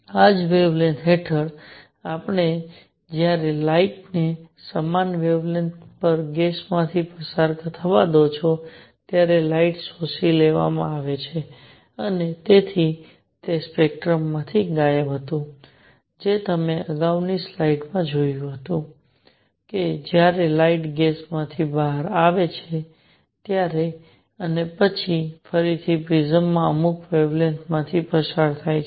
આ જ વેવલેન્થ હેઠળ જ્યારે તમે લાઇટ ને સમાન વેવલેન્થ પર ગેસમાંથી પસાર થવા દો છો ત્યારે લાઇટ શોષી લેવામાં આવે છે અને તેથી તે સ્પેક્ટ્રમમાંથી ગાયબ હતું જે તમે અગાઉની સ્લાઇડમાં જોયું હતું કે જ્યારે લાઇટ ગેસમાંથી પસાર થાય છે અને પછી ફરીથી પ્રિઝમ અમુક વેવલેન્થ માંથી પસાર થાય છે